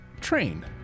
train